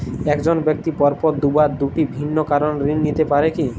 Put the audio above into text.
এক জন ব্যক্তি পরপর দুবার দুটি ভিন্ন কারণে ঋণ নিতে পারে কী?